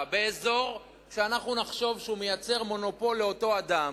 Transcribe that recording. באזור שאנחנו נחשוב שהוא מייצר מונופול לאותו אדם,